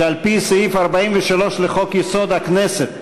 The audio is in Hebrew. שעל-פי סעיף 43 לחוק-יסוד: הכנסת,